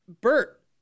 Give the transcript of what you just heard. Bert